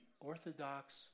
orthodox